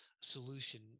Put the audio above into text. solution